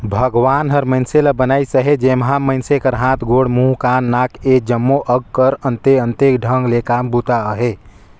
भगवान हर मइनसे ल बनाइस अहे जेम्हा मइनसे कर हाथ, गोड़, मुंह, कान, नाक ए जम्मो अग कर अन्ते अन्ते ढंग ले काम बूता अहे